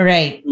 Right